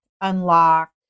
unlock